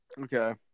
Okay